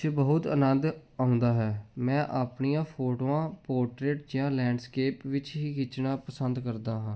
'ਚ ਬਹੁਤ ਆਨੰਦ ਆਉਂਦਾ ਹੈ ਮੈਂ ਆਪਣੀਆਂ ਫੋਟੋਆਂ ਪੋਰਟਰੇਟ ਜਾਂ ਲੈਂਡਸਕੇਪ ਵਿੱਚ ਹੀ ਖਿੱਚਣਾ ਪਸੰਦ ਕਰਦਾ ਹਾਂ